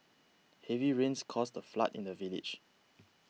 heavy rains caused a flood in the village